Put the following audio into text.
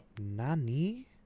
Nani